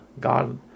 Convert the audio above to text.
God